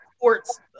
Sports